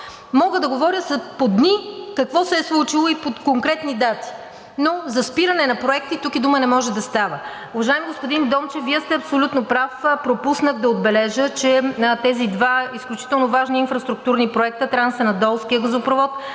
Мога да говоря по дни какво се е случило и по конкретни дати. Но за спиране на проекти тук и дума не може да става. Уважаеми господин Дончев, Вие сте абсолютно прав. Пропуснах да отбележа, че тези два изключително важни инфраструктурни проекта – Трансанадолският газопровод